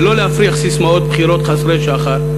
ולא להפריח ססמאות בחירות חסרות שחר,